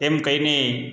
એમ કહીને